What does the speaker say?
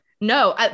No